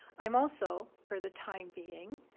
i'm also, for the time being,